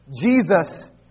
Jesus